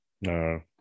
No